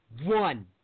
one